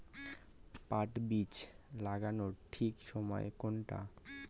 পাট বীজ লাগানোর সঠিক সময় কোনটা?